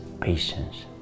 patience